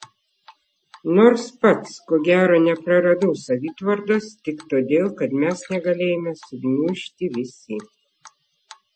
nors pats ko gero nepraradau savitvardos tik todėl kad mes negalėjome sugniužti visi